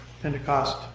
Pentecost